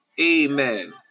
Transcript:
Amen